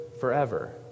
forever